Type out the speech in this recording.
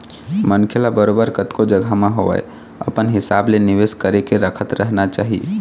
मनखे ल बरोबर कतको जघा म होवय अपन हिसाब ले निवेश करके रखत रहना चाही